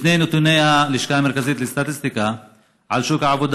לפי נתוני הלשכה המרכזית לסטטיסטיקה על שוק העבודה